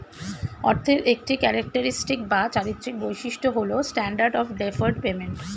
অর্থের একটি ক্যারেক্টারিস্টিক বা চারিত্রিক বৈশিষ্ট্য হল স্ট্যান্ডার্ড অফ ডেফার্ড পেমেন্ট